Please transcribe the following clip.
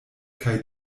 kaj